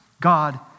God